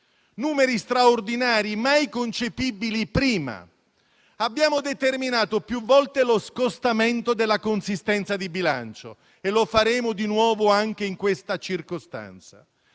numeri straordinari, mai concepibili prima. Abbiamo determinato più volte lo scostamento della consistenza di bilancio e lo faremo di nuovo anche in questa circostanza;